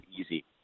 easy